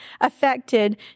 affected